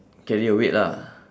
carry a weight lah